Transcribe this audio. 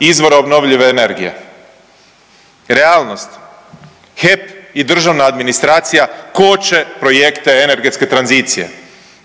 izvora obnovljive energije. Realnost, HEP i državna administracija koče projekte energetske tranzicije.